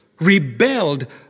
rebelled